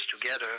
together